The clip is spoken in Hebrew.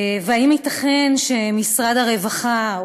האם ייתכן שמשרד הרווחה,